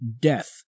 death